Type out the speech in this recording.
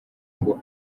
ngo